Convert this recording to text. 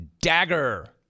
Dagger